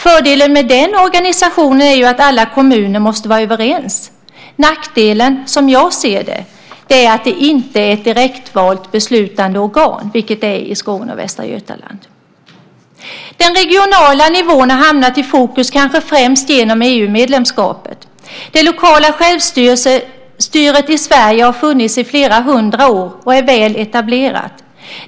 Fördelen med den organisationen är ju att alla kommuner måste vara överens. Nackdelen, som jag ser det, är att det inte är ett direktvalt beslutande organ, vilket det är i Skåne och Västra Götaland. Den regionala nivån har hamnat i fokus kanske främst genom EU-medlemskapet. Det lokala självstyret i Sverige har funnits i flera hundra år och är väl etablerat.